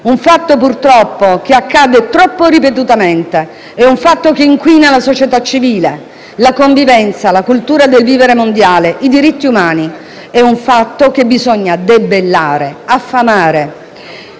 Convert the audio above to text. un fatto che purtroppo accade troppo ripetutamente e che inquina la società civile, la convivenza, la cultura del vivere mondiale, i diritti umani: è un fatto che bisogna debellare, affamare.